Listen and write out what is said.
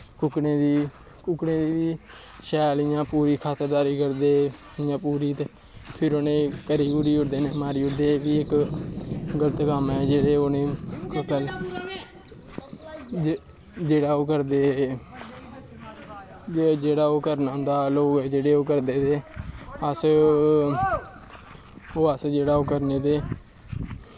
कुक्कड़ें दी बी पूरी खातरदारी करदे इ'यां पूरी ते फिर उ'नें गी करी कुरी ओड़दे उ'नें गी इक गल्त कम्म ऐ उ'नें गी जेह्ड़ा ओह् करदे जेह्ड़े ओह् करना होंदा लोग ओह् करदे ते अस ओह् अस जेह्ड़ा ओह् करनें ते